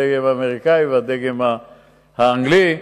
הדגם האמריקני והדגם האנגלי.